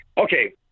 Okay